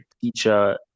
teacher